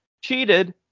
cheated